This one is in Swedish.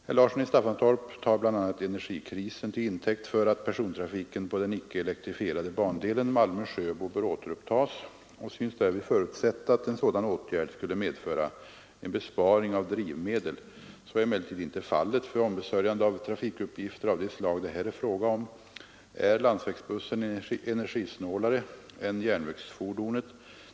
Herr Larsson i Staffanstorp tar bl.a. energikrisen till intäkt för att persontrafiken på den icke elektrifierade bandelen Malmö-—Sjöbo bör återupptas och synes därvid förutsätta att en sådan åtgärd skulle medföra en besparing av drivmedel. Så är emellertid inte fallet. För ombesörjande av trafikuppgifter av det slag det här är fråga om är landsvägsbussen energisnålare än järnvägsfordonet.